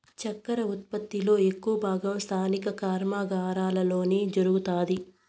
చక్కర ఉత్పత్తి లో ఎక్కువ భాగం స్థానిక కర్మాగారాలలోనే జరుగుతాది